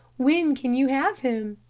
when can you have him?